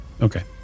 Okay